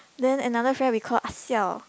then another friend we call Ah Xiao